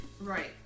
Right